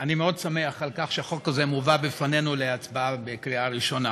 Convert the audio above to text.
אני מאוד שמח שהחוק הזה מובא בפנינו להצבעה בקריאה ראשונה.